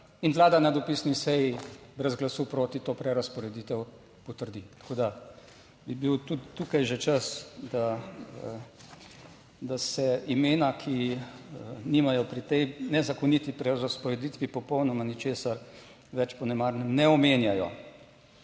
in vlada na dopisni seji brez glasu proti to prerazporeditev potrdi. Tako da bi bil tudi tukaj že čas, da se imena, ki nimajo pri tej nezakoniti prerazporeditvi popolnoma ničesar več po nemarnem ne omenjajo.